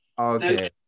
Okay